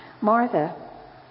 Martha